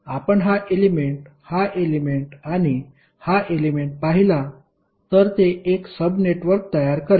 आपण हा एलेमेंट हा एलेमेंट आणि हा एलेमेंट पाहिला तर ते एक सब नेटवर्क तयार करेल